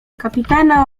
kapitana